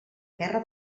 guerra